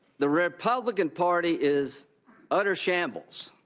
the republican party is utter shambles.